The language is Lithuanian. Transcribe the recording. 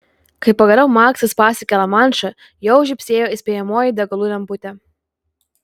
kai pagaliau maksas pasiekė lamanšą jau žybsėjo įspėjamoji degalų lemputė